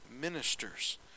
ministers